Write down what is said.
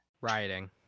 rioting